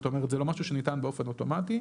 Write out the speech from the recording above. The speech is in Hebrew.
זאת אומרת, לא משהו שניתן באופן אוטומטי.